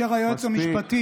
כאשר היועץ המשפטי,